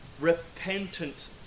repentant